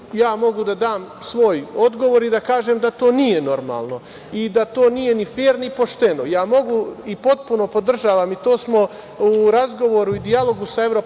Ja mogu da dam svoj odgovor i da kažem da to nije normalno i da to nije ni fer ni pošteno. Ja mogu i potpuno podržavam i to smo u razgovoru i dijalogu sa